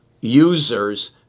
users